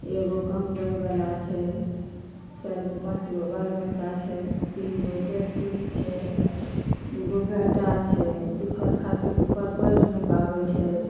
एगो कमबै बला छै चारि गो पाँच गो बाल बच्चा छै तीन गो बेटी छै दू गो बेटा छै दिक्कत खातिर ऊपर पढ़ि नहि पाबै छै